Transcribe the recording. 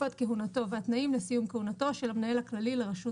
תקופת כהונתו והתנאים לסיום כהונתו של המנהל הכללי לרשות